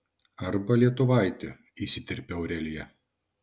arba lietuvaitį įsiterpia aurelija